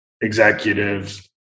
executives